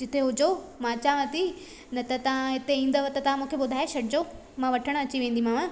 जिते हुजो मां अचांव थी न त तव्हां हिते ईंदव त तव्हां मूंखे ॿुधाए छॾिजो मां वठण अची वेंदीमाव